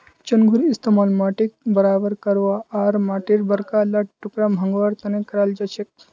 चंघूर इस्तमाल माटीक बराबर करवा आर माटीर बड़का ला टुकड़ा भंगवार तने कराल जाछेक